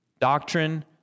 Doctrine